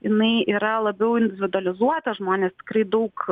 jinai yra labiau individualizuota žmonės tikrai daug